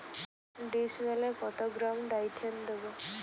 ডিস্মেলে কত গ্রাম ডাইথেন দেবো?